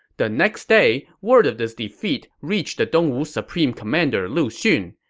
the next day, word of this defeat reached the dongwu supreme commander lu xun.